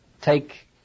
take